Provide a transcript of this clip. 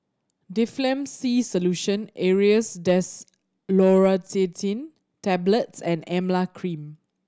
Difflam C Solution Aerius DesloratadineTablets and Emla Cream